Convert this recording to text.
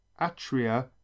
Atria